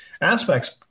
aspects